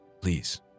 please